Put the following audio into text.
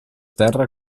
terra